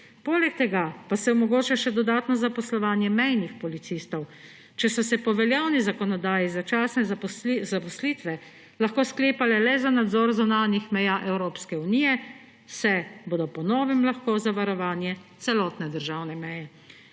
Poleg tega pa se omogoča dodatno zaposlovanje mejnih policistov. Če so se po veljavni zakonodaji začasne zaposlitve lahko sklepale le za nadzor zunanjih meja Evropske unije, se bodo po novem lahko za varovanje celotne državne meje. Gre